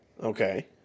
Okay